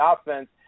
offense